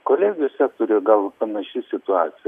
kolegijų sektoriuje gal panaši situacija